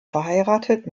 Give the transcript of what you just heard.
verheiratet